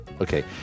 Okay